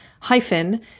hyphen